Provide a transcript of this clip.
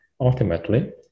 ultimately